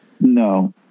No